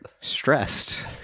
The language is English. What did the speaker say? stressed